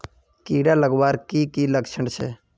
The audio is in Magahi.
कीड़ा लगवार की की लक्षण छे?